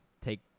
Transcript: take